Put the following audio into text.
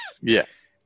yes